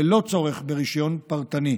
ללא צורך ברישיון פרטני.